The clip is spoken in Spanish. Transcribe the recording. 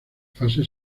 fase